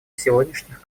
сегодняшних